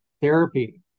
therapy